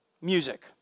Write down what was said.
Music